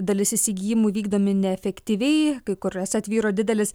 dalis įsigijimų vykdomi neefektyviai kai kur esą tvyro didelis